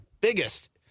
biggest